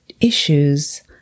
issues